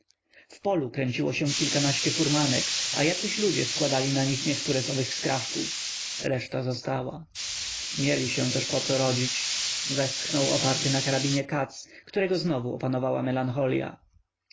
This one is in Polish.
w polu kręciło się kilkanaście furmanek a jacyś ludzie składali na nich niektóre z owych skrawków reszta została mieli się też poco rodzić westchnął oparty na karabinie katz którego znowu opanowała melancholia